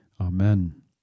Amen